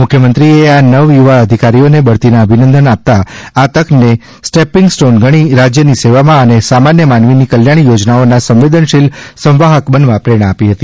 મુખ્યમંત્રીશ્રીએ આ નવયુવા અધિકારીઓને બઢતીના અભિનંદન આપતાં આ તકને સ્ટેપીંગ સ્ટોન ગણી રાજ્યની સેવામાં અને સામાન્ય માનવીની કલ્યાણ યોજનાઓના સંવેદનશીલ સંવાહક બનવા પ્રેરણા આપી હતી